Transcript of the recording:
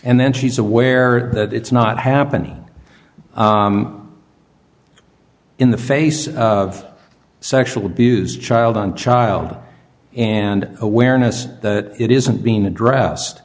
and then she's aware that it's not happening in the face of sexual abuse child on child and awareness that it isn't being addressed